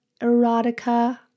erotica